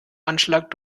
anschlag